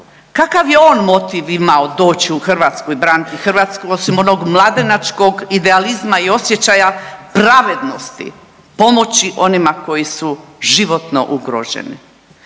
Kakav je on motiv imao doć u Hrvatsku i braniti Hrvatsku osim onog mladenačkog idealizma i osjećaja pravednosti pomoći onima koji su životno ugroženi.